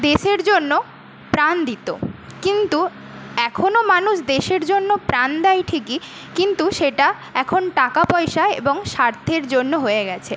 দেশের জন্য প্রাণ দিত কিন্তু এখনও মানুষ দেশের জন্য প্রাণ দেয় ঠিকই কিন্তু সেটা এখন টাকাপয়সা এবং স্বার্থের জন্য হয়ে গেছে